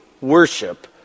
worship